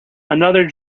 another